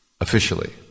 officially